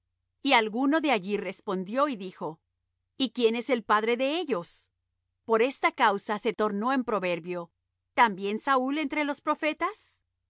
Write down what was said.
y alguno de allí respondió y dijo y quién es el padre de ellos por esta causa se tornó en proverbio también saúl entre los profetas